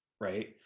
right